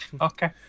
Okay